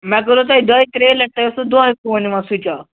مےٚ کوٚروٕ تۅہہِ دۄیہِ ترٛیٚیہِ لٹہِ تۅہہِ اوسوٕ دۄہَے فون یِوان سُچ آف